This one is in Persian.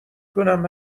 کنم